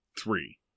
three